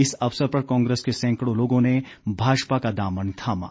इस अवसर पर कांग्रेस के सैंकड़ों लोगों ने भाजपा का दामन थामा